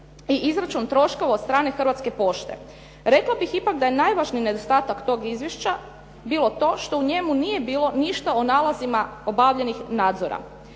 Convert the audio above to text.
i izračun troškova od strane Hrvatske pošte. Rekla bih ipak da je najvažniji nedostatak tog izvješća bilo to što u njemu nije bilo ništa o nalazima obavljenih nadzora.